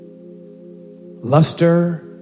Luster